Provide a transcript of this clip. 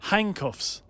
Handcuffs